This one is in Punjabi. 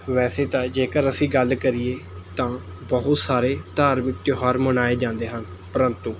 ਵੈਸੇ ਤਾਂ ਜੇਕਰ ਅਸੀਂ ਗੱਲ ਕਰੀਏ ਤਾਂ ਬਹੁਤ ਸਾਰੇ ਧਾਰਮਿਕ ਤਿਉਹਾਰ ਮਨਾਏ ਜਾਂਦੇ ਹਨ ਪ੍ਰੰਤੂ